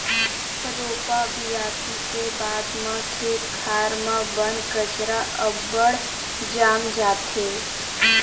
रोपा बियासी के बाद म खेत खार म बन कचरा अब्बड़ जाम जाथे